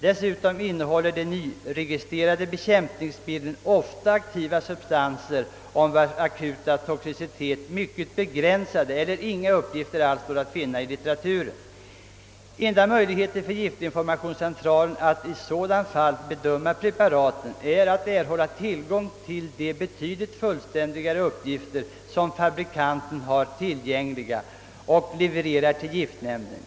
Dessutom innehåller de nyregistrerade bekämpningsmedlen ofta aktiva substanser om vars akuta toxicitet mycket begränsade eller inga uppgifter alls står att finna i litteraturen. Enda möjligheten för giftinformationscentralen att i sådana fall bedöma preparaten är att erhålla tillgång till de betydligt fullständigare uppgifter, som fabrikanten har tillgängliga och levererar till giftnämnden.